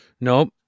nope